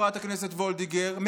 חברת הכנסת וולדיגר,